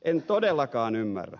en todellakaan ymmärrä